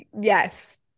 yes